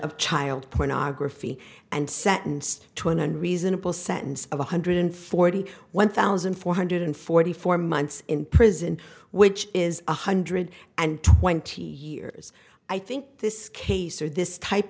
of child pornography and sentenced to one and reasonable sentence of one hundred forty one thousand four hundred forty four months in prison which is one hundred and twenty years i think this case or this type